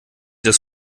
das